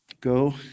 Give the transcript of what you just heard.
go